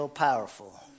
powerful